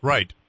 Right